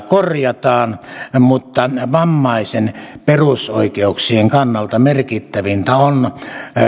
korjataan mutta vammaisen perusoikeuksien kannalta merkittävintä ovat